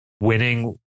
winning